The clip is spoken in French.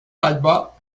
talbot